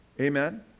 amen